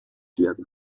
werden